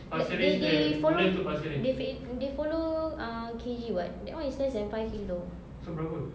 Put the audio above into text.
like they they follow they f~ they follow uh K_G [what] that one is less than five kilo